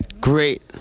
Great